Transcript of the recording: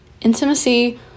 Intimacy